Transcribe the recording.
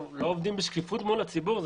אנחנו עובדים בשקיפות מול הציבור.